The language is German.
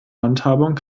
handhabung